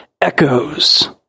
Echoes